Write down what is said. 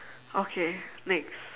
okay next